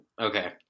Okay